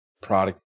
product